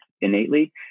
innately